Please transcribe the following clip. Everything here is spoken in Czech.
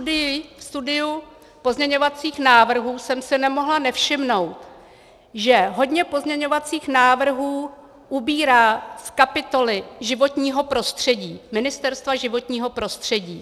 Při studiu pozměňovacích návrhů jsem si nemohla nevšimnout, že hodně pozměňovacích návrhů ubírá z kapitoly životního prostředí Ministerstva životního prostředí.